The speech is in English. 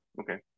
okay